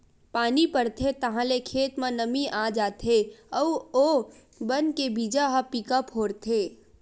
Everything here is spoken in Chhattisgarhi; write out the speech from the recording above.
पानी परथे ताहाँले खेत म नमी आ जाथे अउ ओ बन के बीजा ह पीका फोरथे